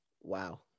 Wow